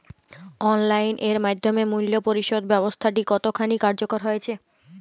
Online এর মাধ্যমে মূল্য পরিশোধ ব্যাবস্থাটি কতখানি কার্যকর হয়েচে?